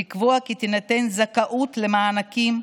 לקבוע כי תינתן זכאות למענקים,